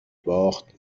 باخت